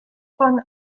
von